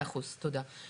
מאה אחוז, תודה.